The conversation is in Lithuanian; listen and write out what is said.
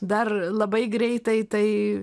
dar labai greitai tai